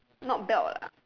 not belt ah